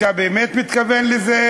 אתה באמת מתכוון לזה,